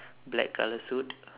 black colour suit